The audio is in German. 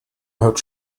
hört